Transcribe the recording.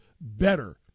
better